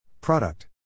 Product